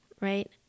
right